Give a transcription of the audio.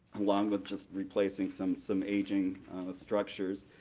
along with just replacing some some aging structures,